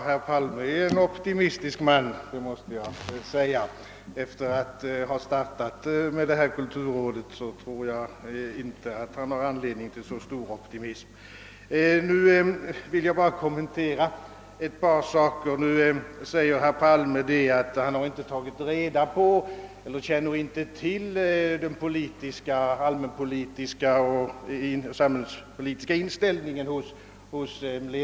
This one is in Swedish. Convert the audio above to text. Herr talman! Herr Palme är en optimistisk man, men jag tror att han efter att ha startat med detta kulturråd inte har anledning till särskilt stor optimism. Nu vill jag bara kommentera ett par saker. Herr Palme säger, att han inte känner till ledamöternas allmänpolitiska inställning.